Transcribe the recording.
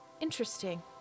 Interesting